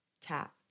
Tap